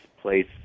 place